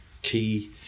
key